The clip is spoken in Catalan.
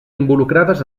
involucrades